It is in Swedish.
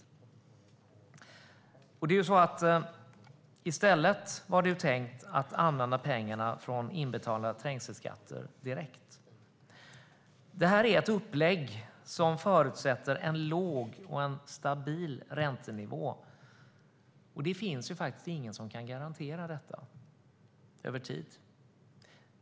I stället var det tänkt att pengarna från inbetalade trängselskatter skulle användas direkt. Det här är ett upplägg som förutsätter en låg och stabil räntenivå, och det finns faktiskt ingen som kan garantera detta över tid.